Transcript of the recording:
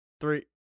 Three